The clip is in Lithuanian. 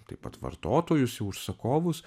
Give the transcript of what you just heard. taip pat vartotojus į užsakovus